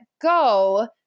go